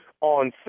on